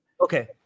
Okay